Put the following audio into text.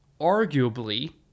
arguably